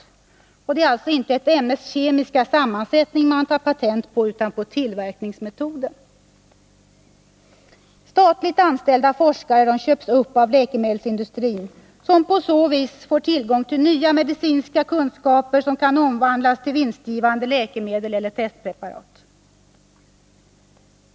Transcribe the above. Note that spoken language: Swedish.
Man tar alltså inte patent på ett ämnes kemiska sammansättning utan på tillverkningsmetoden. Statligt anställda forskare ”köps upp” av läkemedelsindustrin, som på så vis får tillgång till nya medicinska kunskaper som kan omvandlas till vinstgivande läkemedel eller testpreparat.